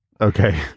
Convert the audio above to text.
okay